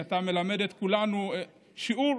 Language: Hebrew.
כי אתה מלמד את כולנו שיעור: